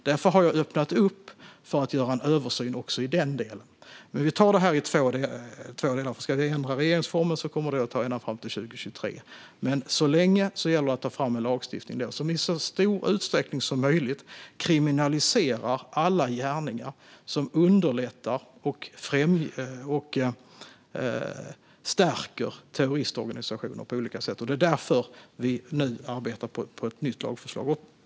Därför har jag öppnat upp för att göra en översyn också i denna del. Vi tar dock det här i två delar, för om vi ska ändra regeringsformen kommer det att dröja ända fram till 2023. Fram till dess gäller det att ta fram en lagstiftning som i så stor utsträckning som möjligt kriminaliserar alla gärningar som underlättar och stärker terroristorganisationer på olika sätt. Det är därför vi nu arbetar på ett nytt lagförslag.